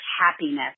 happiness